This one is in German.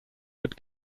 mit